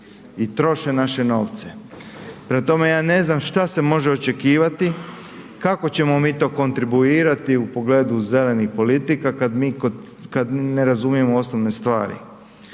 i troše naše novce. Prema tome, ja ne znam šta se može očekivati, kako ćemo mi to kontribuirati u pogledu zelenih politika kad mi kod, kad ne razumijemo osnovne stvari.